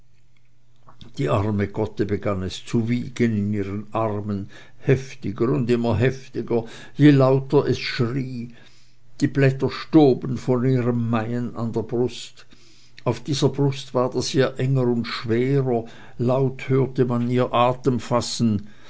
die arme gotte begann es zu wiegen in ihren armen heftiger und immer heftiger je lauter es schrie daß blätter stoben von ihrem malen an der brust auf dieser brust ward es ihr enger und schwerer laut hörte man ihr atemfassen